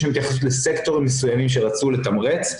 יש שם התייחסות לסקטורים מסוימים שרצו לתמרץ,